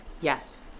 Yes